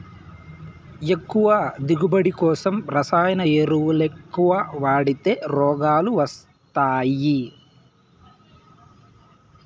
ఎక్కువ దిగువబడి కోసం రసాయన ఎరువులెక్కవ వాడితే రోగాలు వస్తయ్యి